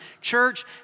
Church